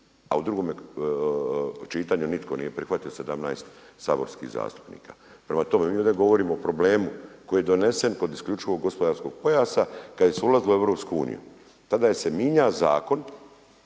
a u drugome čitanju nitko nije prihvatio 17 saborskih zastupnika. Prema tome, mi ovdje govorimo o problemu koji je donesen kod isključivog gospodarskog pojasa kad se ulazilo u EU. Tada se mijenja zakon